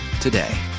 today